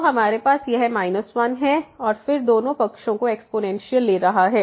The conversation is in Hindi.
तो हमारे पास यह 1 है और फिर दोनों पक्षों को एक्स्पोनेंशियल ले रहा है